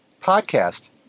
podcast